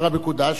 ההר המקודש,